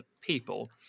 people